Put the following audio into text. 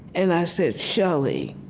and i said, shelley,